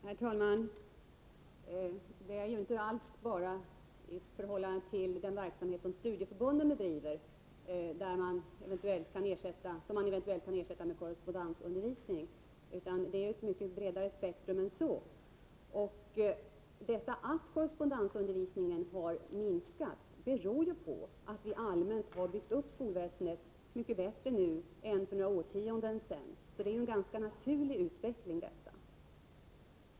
Herr talman! Det är inte alls bara den verksamhet som studieförbunden bedriver som eventuellt kan ersättas med korrespondensundervisning, utan det är fråga om ett mycket bredare spektrum. Att korrespondensundervisningen har minskat i omfattning beror på att skolväsendet nu allmänt sett är mycket bättre uppbyggt än vad det var för några årtionden sedan. Det är alltså fråga om en ganska naturlig utveckling.